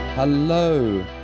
Hello